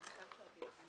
ההחלטה התקבלה פה אחד.